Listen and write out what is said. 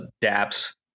dApps